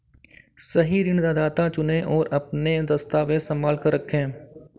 सही ऋणदाता चुनें, और अपने दस्तावेज़ संभाल कर रखें